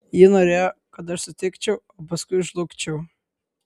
ji norėjo kad aš sutikčiau o paskui žlugčiau